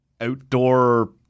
outdoor